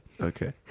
Okay